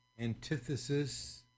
antithesis